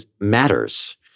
matters